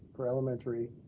for elementary,